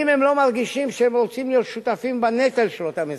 אם הם לא מרגישים שהם רוצים להיות שותפים בנטל של אותם אזרחים,